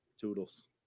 toodles